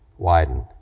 widen,